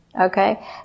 Okay